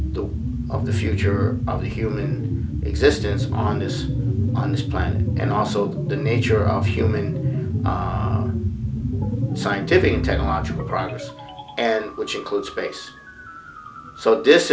the of the future of the human existence on this on this planet and also the nature of human scientific technological progress which includes space so this